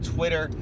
Twitter